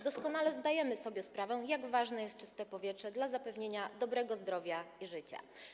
Doskonale zdajemy sobie sprawę, jak ważne jest czyste powietrze dla zapewnienia dobrego zdrowia i życia.